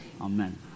Amen